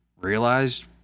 realized